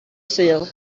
sul